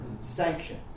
Sanction